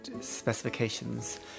specifications